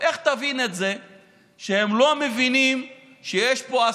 איך תבין את זה שהם לא מבינים שיש פה אסון?